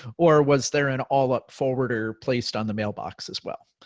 or was there an all up forwarder placed on the mailbox as well?